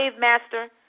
master